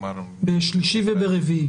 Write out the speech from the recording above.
בשלישי וברביעי.